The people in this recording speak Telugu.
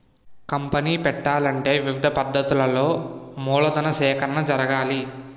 కంపనీ పెట్టాలంటే వివిధ పద్ధతులలో మూలధన సేకరణ జరగాలి